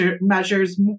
measures